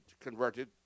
converted